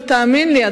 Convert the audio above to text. ותאמין לי,